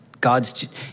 God's